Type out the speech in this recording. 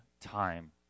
time